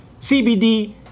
CBD